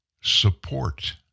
support